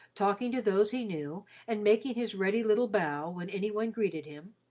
talking to those he knew and making his ready little bow when any one greeted him,